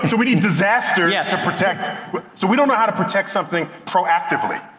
so we need disaster yeah to protect. so we don't know how to protect something proactively.